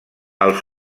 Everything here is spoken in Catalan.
els